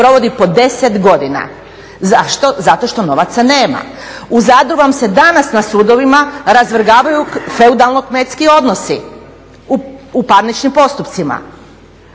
U Zadru vam se danas na sudovima razvrgavaju feudalno kmetski odnosi u parničnim postupcima.